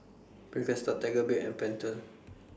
Birkenstock Tiger Beer and Pentel